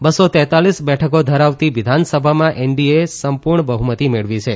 બસો તેતાલીસ બેઠકો ધરાવતી વિધાનસભામાં એનડીએ સંપુર્ણ બહ્મતી મેળવી છે